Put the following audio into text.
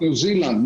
ניו זילנד,